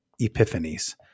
epiphanies